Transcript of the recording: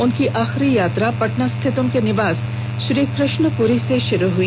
उनकी आखिरी यात्रा पटना स्थित उनके निवास श्रीकृष्णपूरी से शुरू हुई